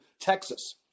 Texas